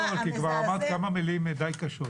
מאוד כי כבר אמרת כמה מילים די קשות.